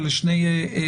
אלה שני מלונות.